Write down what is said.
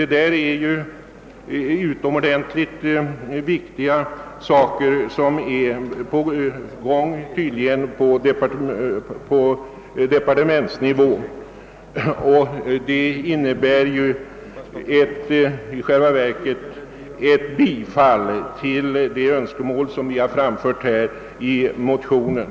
Tydligen är utomordentligt viktiga saker på gång inom departementet, och i själva verket innebär detta ett bifall till det önskemål vi framfört i motionen.